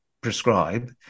prescribe